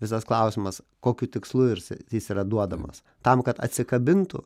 visas klausimas kokiu tikslu irs jis yra duodamas tam kad atsikabintų